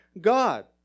God